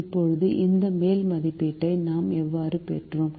இப்போது இந்த மேல் மதிப்பீட்டை நாம் எவ்வாறு பெற்றோம்